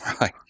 Right